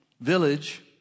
village